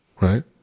right